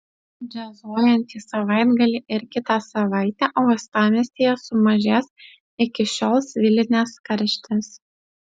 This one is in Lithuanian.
džiazuojantį savaitgalį ir kitą savaitę uostamiestyje sumažės iki šiol svilinęs karštis